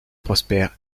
prospère